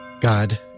God